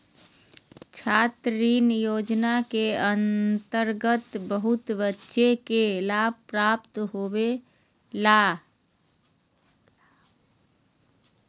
छात्र ऋण योजना के अंतर्गत बहुत बच्चा के लाभ प्राप्त होलय